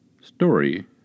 Story